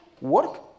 work